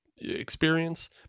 experience